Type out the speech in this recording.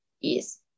Yes